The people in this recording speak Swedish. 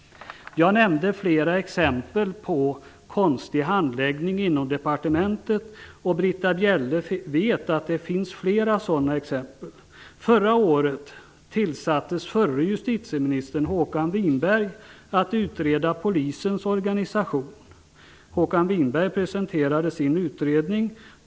Jag nämnde några exempel på konstig handläggning inom departementet, och Britta Bjelle vet att det finns flera sådana exempel. Förra året tillsattes förre justitieministern Håkan Winberg att utreda polisens organisation. Han presenterade sin utredning.